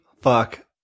fuck